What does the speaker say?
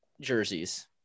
jerseys